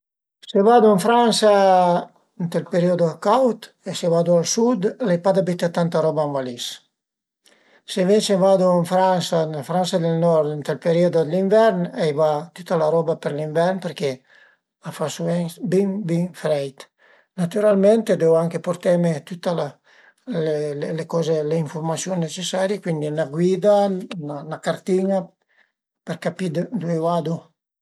Andarìu da mes amis mecanich dë fidücia e i dirìu: guarda ën po li cula machin-a, cum al e? A val la pen-a cumprela, al e dë secunda man, cuntrola ën po tüt va, cumincia ën poch a vëddi s'a funsiun-u bin i fren, s'ël mutur al e ën urdin, se le guarnisiun a perdu pa. Al e l'ünica manera se no cumpré a öi sarà al e periculus